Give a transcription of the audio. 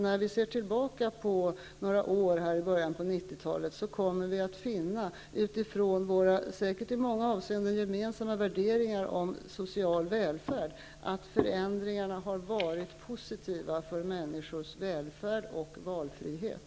När vi ser tillbaka på åren i början av 90-talet, tror jag att vi kommer att finna, utifrån våra säkert i många avseenden gemensamma värderingar om social välfärd, att förändringarna har varit positiva för människors välfärd och valfrihet.